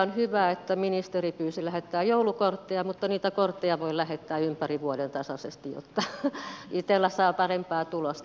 on hyvä että ministeri pyysi lähettämään joulukortteja mutta niitä kortteja voi lähettää ympäri vuoden tasaisesti että itella saa parempaa tulosta